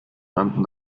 rannten